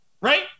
Right